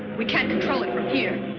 we can't control it from here.